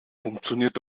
funktioniert